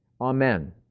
Amen